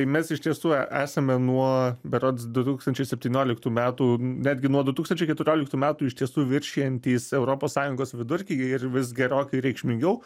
tai mes iš tiesų esame nuo berods du tūkstančiai septynioliktų metų netgi nuo du tūkstančiai keturioliktų metų iš tiesų viršijantys europos sąjungos vidurkį ir vis gerokai reikšmingiau